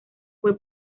fue